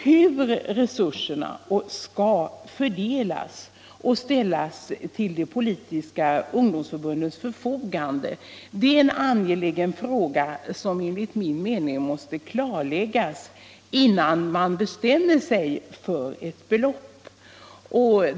Hur resurserna skall fördelas och ställas till de politiska ungdomsförbundens förfogande är en angelägen fråga, som enligt min mening måste klarläggas innan man bestämmer sig för eu belopp.